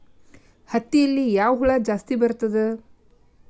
ಹತ್ತಿಯಲ್ಲಿ ಯಾವ ಹುಳ ಜಾಸ್ತಿ ಬರುತ್ತದೆ?